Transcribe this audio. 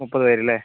മുപ്പത് പേര് അല്ലെ